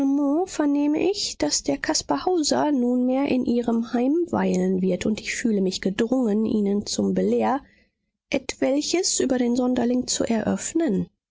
vernehme ich daß der caspar hauser nunmehr in ihrem heim weilen wird und ich fühle mich gedrungen ihnen zum belehr etwelches über den sonderling zu eröffnen